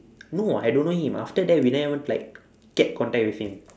no I don't know him after that we never even like get contact with him